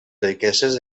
riqueses